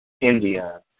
India